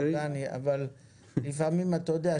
אבל אתה יודע,